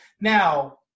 Now